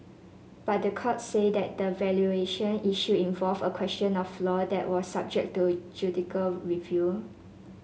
but the court said that the valuation issue involved a question of law that was subject to judicial review